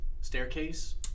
Staircase